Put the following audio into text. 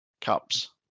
cups